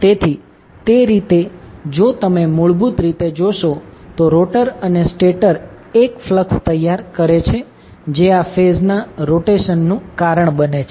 તેથી તે રીતે જો તમે મૂળભૂત રીતે જોશો તો રોટર અને સ્ટેટર 1 ફ્લક્સ તૈયાર કરે છે જે આ ફેઝના રોટેશન નું કારણ બને છે